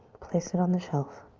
place it on the shelf.